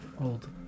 Old